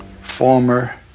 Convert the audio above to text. former